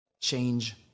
change